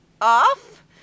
off